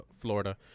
Florida